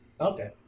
okay